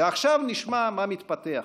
עכשיו נשמע מה מתפתח מזה.